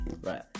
right